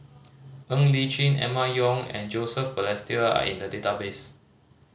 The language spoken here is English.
Ng Li Chin Emma Yong and Joseph Balestier are in the database